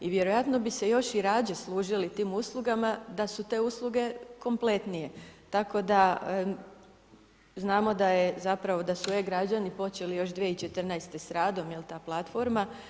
I vjerojatno bi se još i radije koristili tim uslugama da su te usluge kompletnije, tako da znamo da je zapravo, da su e-građani počeli još 2014. s radom, ta platforma.